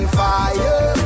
fire